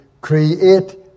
create